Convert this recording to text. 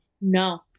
No